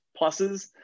pluses